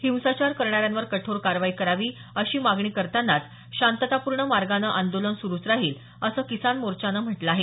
हिंसाचार करणाऱ्यांवर कठोर कारवाई करावी अशी मागणी करतानाच शांततापूर्ण मार्गाने आंदोलन सुरुच राहील असं किसान मोर्चानं म्हटलं आहे